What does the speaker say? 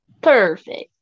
perfect